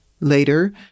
Later